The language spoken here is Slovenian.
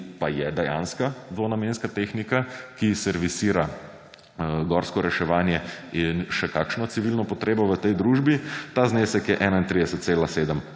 pa je dejanska dvonamenska tehnika, ki servisira gorsko reševanje in še kakšno civilno potrebo v tej družbi. Ta znesek je 31,7